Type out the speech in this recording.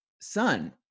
son